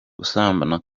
gusambana